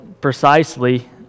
precisely